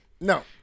No